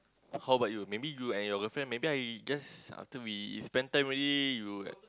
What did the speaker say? how bout you maybe you and your girlfriend maybe I just after we spend time already